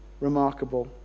remarkable